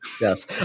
yes